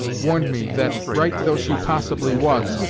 warned me that, right though she possibly was,